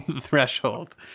threshold